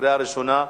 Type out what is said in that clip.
קריאה ראשונה,